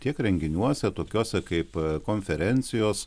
tiek renginiuose tokiuose kaip konferencijos